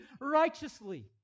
righteously